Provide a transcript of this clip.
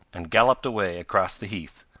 and galloped away across the heath.